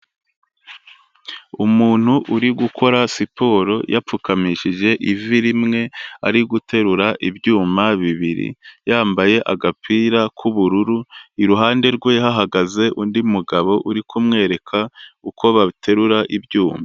Umuntu uri gukora siporo yapfukamishije ivi rimwe, ari guterura ibyuma bibiri, yambaye agapira k'ubururu, iruhande rwe hahagaze undi mugabo uri kumwereka uko baterura ibyuma.